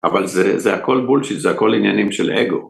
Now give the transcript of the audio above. אבל זה הכל בולשיט, זה הכל עניינים של אגו.